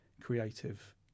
creative